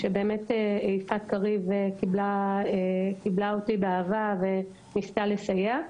ויפעת קריב קיבלה אותי באהבה וניסתה לסייע.